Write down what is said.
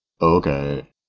Okay